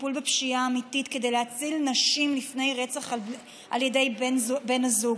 לטיפול בפשיעה האמיתית: כדי להציל נשים לפני רצח על ידי בן הזוג,